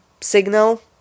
signal